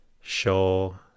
Sure